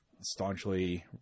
staunchly